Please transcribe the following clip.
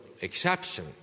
exception